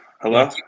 Hello